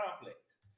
complex